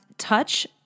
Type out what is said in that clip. touch